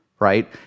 right